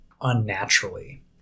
unnaturally